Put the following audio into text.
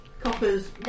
Copper's